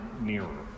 nearer